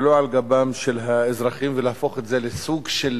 ולא על גבם של האזרחים ולהפוך את זה לסוג של